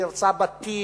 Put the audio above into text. היא הרסה בתים,